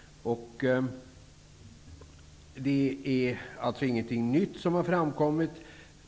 Det är alltså ingenting nytt som har framkommit.